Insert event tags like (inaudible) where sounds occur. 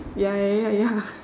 ya ya ya ya (laughs)